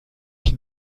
ich